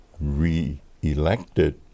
re-elected